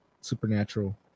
supernatural